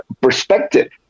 perspective